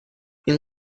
این